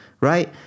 Right